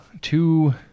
two